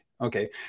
Okay